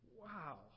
Wow